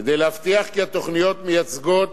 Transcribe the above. כדי להבטיח כי התוכניות מייצגות